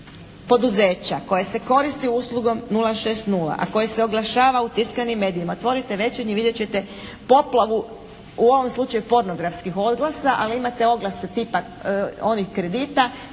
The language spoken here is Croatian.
poduzeća koje se koristi uslugom 060, a koje se oglašava u tiskanim medijima, otvorite "Večernji" vidjet ćete poplavu u ovom slučaju pornografskih oglasa, ali imate oglase tipa onih kredita,